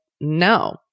no